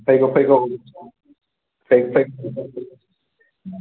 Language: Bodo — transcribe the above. फैगौ फैगौ फैग फैग